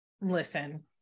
Listen